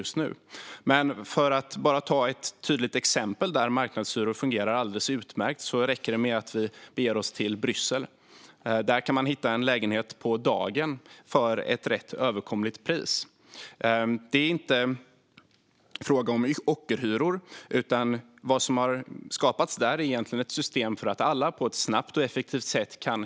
Låt mig ta ett exempel på en stad där marknadshyror fungerar utmärkt: Bryssel. Där kan man hitta en lägenhet på dagen till en rätt överkomlig hyra; det är inte fråga om några ockerhyror. Man har skapat ett system så att alla kan hitta en bostad snabbt och effektivt.